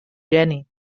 geni